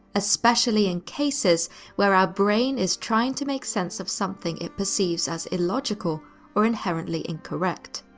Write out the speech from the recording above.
especially in cases where our brain is trying to make sense of something it perceives as illogical or inherently incorrect.